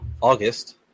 August